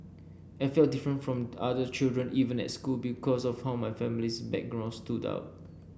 I felt different from other children even at school because of how my family's background stood out